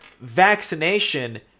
vaccination